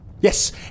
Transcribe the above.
Yes